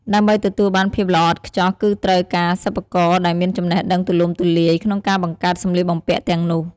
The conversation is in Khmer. ដើម្បីទទួលបានភាពល្អឥតខ្ចោះ គឺត្រូវការសិប្បករ ដែលមានចំណេះដឹងទូលំទូលាយក្នុងការបង្កើតសម្លៀកបំពាក់ទាំងនោះ ។